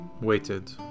Waited